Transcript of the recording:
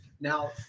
Now